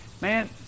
Man